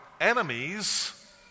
enemies